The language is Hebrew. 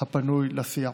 הפנוי לסיעה.